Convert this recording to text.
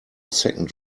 second